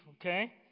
okay